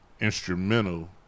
instrumental